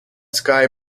sky